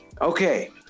Okay